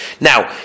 Now